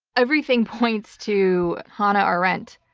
everything points to hannah arendt.